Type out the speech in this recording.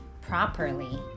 properly